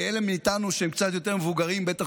אלה מאיתנו שהם קצת יותר מבוגרים בטח